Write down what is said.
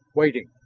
waiting.